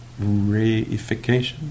reification